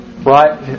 right